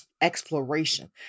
exploration